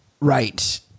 Right